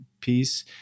piece